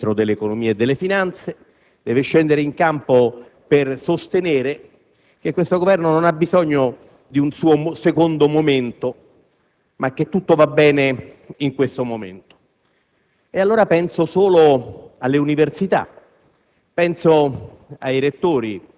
lo sostengono, deve scendere in campo per difendere il super Ministro dell'economia e delle finanze; deve scendere in campo per sostenere che il suo Governo non ha bisogno di un suo secondo momento ma che tutto va bene in questo momento.